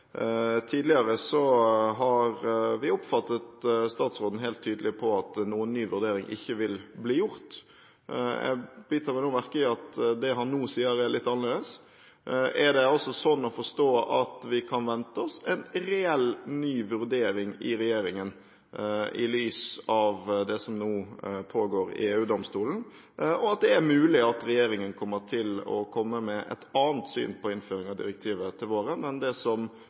Tidligere har vi oppfattet at statsråden har vært helt tydelig på at noen ny vurdering ikke vil bli gjort. Jeg biter meg merke i at det han nå sier, er litt annerledes. Er det sånn å forstå at vi kan vente oss en reell ny vurdering i regjeringen i lys av det som nå pågår i EU-domstolen, og at det er mulig at regjeringen kommer til å komme med et annet syn på innføring av direktivet til våren enn det som